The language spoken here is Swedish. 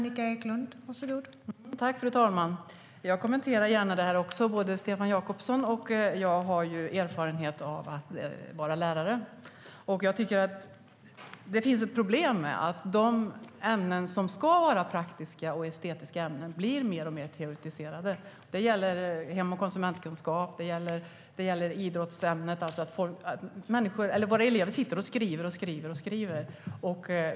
Fru talman! Jag kommenterar gärna detta också. Både Stefan Jakobsson och jag har erfarenhet av att vara lärare. Det finns ett problem med att de ämnen som ska vara praktiska eller estetiska ämnen blir mer och mer teoretiserade. Det gäller hem och konsumentkunskap samt idrottsämnet. Våra elever sitter och skriver och skriver.